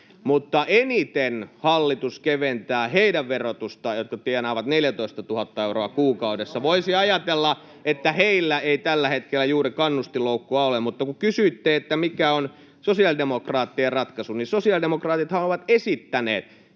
mutta eniten hallitus keventää heidän verotustaan, jotka tienaavat 14 000 euroa kuukaudessa. Voisi ajatella, että heillä ei tällä hetkellä juuri kannustinloukkua ole, mutta kun kysyitte, että mikä on sosiaalidemokraattien ratkaisu, niin sosiaalidemokraatithan ovat esittäneet